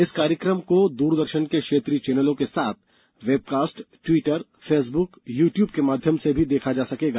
इस कार्यक्रम को दूरदर्शन के क्षेत्रीय चेनलों के साथ webcast Twitter Facebook YouTube के माध्यम से भी देखा जा सकेगा